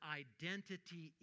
identity